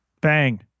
Bang